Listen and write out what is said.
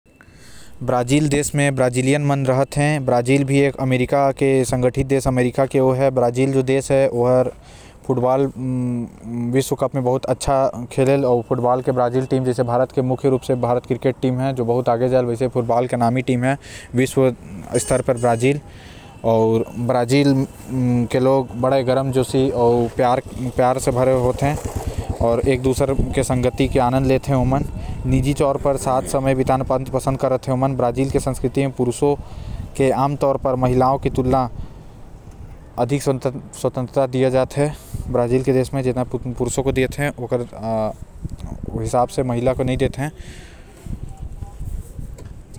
ब्राजील जो देश है उमा ब्राजील मन रहते आऊ साथ ही ब्राजील फुटबॉल वर्ल्डकप म बहुत अच्छा प्रदर्शन करे रहिसे आऊ करते भी। जैसे भारत के नमी टीम है क्रिकेट म वैसे ही ब्राजील के नमी टीम है फुटबॉल म।